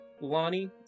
Lonnie